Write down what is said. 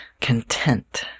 content